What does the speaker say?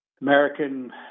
American